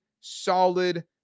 solid